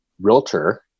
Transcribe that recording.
realtor